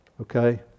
Okay